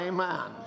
Amen